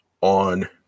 on